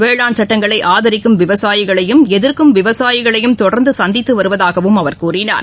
வேளாண் சட்டங்களை ஆதரிக்கும் விவசாயிகளையும் எதிர்க்கும் விவசாயிகளையும் தொடர்ந்து சந்தித்து வருவதாகவும் அவர் கூறினார்